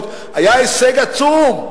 היה הישג עצום.